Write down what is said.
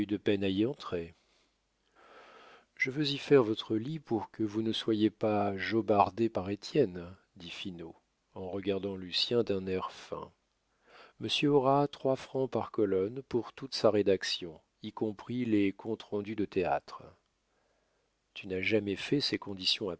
peine à y entrer je veux y faire votre lit pour que vous ne soyez pas jobardé par étienne dit finot en regardant lucien d'un air fin monsieur aura trois francs par colonne pour toute sa rédaction y compris les comptes rendus de théâtre tu n'as jamais fait ces conditions